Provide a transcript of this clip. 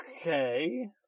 Okay